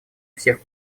всех